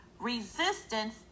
Resistance